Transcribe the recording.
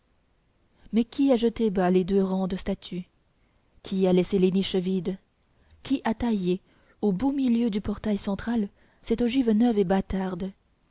mais qui a jeté bas les deux rangs de statues qui a laissé les niches vides qui a taillé au beau milieu du portail central cette ogive neuve et bâtarde